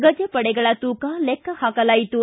ಗಜಪಡೆಗಳ ತೂಕ ಲೆಕ್ಕ ಹಾಕಲಾಯಿತು